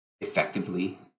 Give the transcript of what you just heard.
effectively